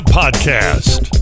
podcast